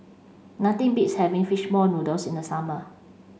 nothing beats having fish ball noodles in the summer